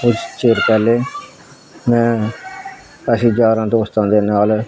ਕੁਛ ਚਿਰ ਪਹਿਲੇ ਮੈਂ ਅਸੀਂ ਯਾਰਾਂ ਦੋਸਤਾਂ ਦੇ ਨਾਲ